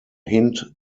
hint